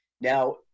Now